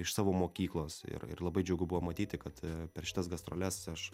iš savo mokyklos ir ir labai džiugu buvo matyti kad per šitas gastroles aš